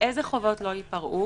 חובות לא ייפרעו?